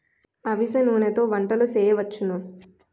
అవిసె నూనెతో వంటలు సేయొచ్చును